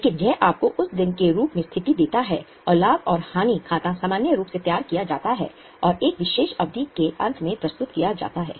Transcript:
लेकिन यह आपको उस दिन के रूप में स्थिति देता है और लाभ और हानि खाता सामान्य रूप से तैयार किया जाता है और एक विशेष अवधि के अंत में प्रस्तुत किया जाता है